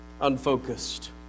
unfocused